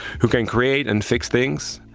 who can create and fix things,